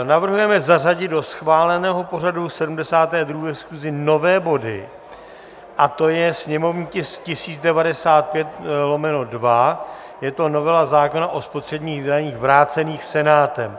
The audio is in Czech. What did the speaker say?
Navrhujeme zařadit do schváleného pořadu 72. schůze nové body, a to je sněmovní tisk 1095/2, je to novela zákona o spotřebních daních vrácený Senátem.